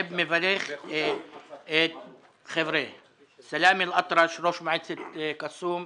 אני מברך את סלאמה אלאטרש, ראש מועצת קאסום.